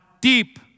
deep